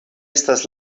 estas